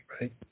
right